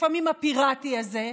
לפעמים הפיראטי זה.